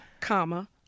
comma